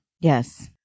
Yes